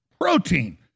protein